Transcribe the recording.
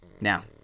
Now